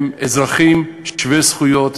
הם אזרחים שווי זכויות.